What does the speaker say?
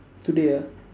today ah